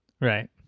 Right